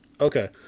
okay